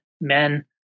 men